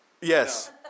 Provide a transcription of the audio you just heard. yes